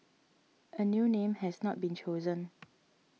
a new name has not been chosen